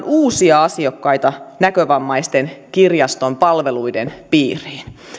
uusia asiakkaita näkövammaisten kirjaston palveluiden piiriin